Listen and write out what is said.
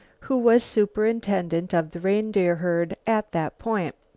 who was superintendent of the reindeer herd at that point.